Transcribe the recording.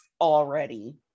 already